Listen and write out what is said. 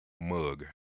mug